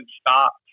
stop